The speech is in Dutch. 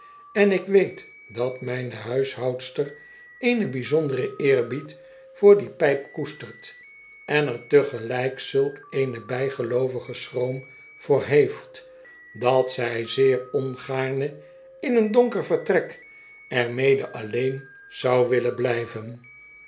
en ik weet dat myne huishoudster eenen byzonderen eerbied voor die pyp koestert en er tegelyk zulk eenen bijgeloovigen schroom voor heeft dat zy zeer ongaarne in een donker vertrek er mede alleen zou willen blyven